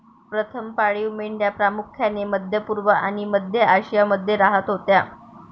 प्रथम पाळीव मेंढ्या प्रामुख्याने मध्य पूर्व आणि मध्य आशियामध्ये राहत होत्या